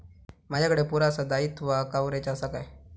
माजाकडे पुरासा दाईत्वा कव्हारेज असा काय?